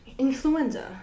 Influenza